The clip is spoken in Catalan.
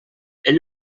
ell